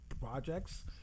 projects